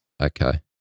okay